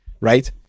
right